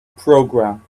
program